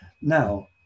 Now